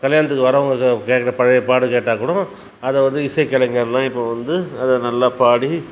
கல்யாணத்துக்கு வரவங்க கேக்கிற பழைய பாட்டு கேட்டாக்கூடும் அதை வந்து இசை கலைஞர்லாம் இப்போது வந்து அதை நல்லா பாடி